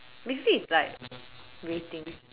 basically it's like rating